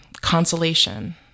consolation